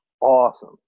awesome